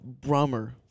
Brummer